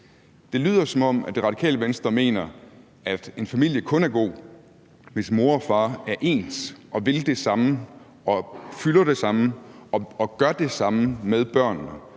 Det lyder, som om Radikale Venstre mener, at en familie kun er god, hvis mor og far er ens og vil det samme, fylder det samme og gør det samme med børnene,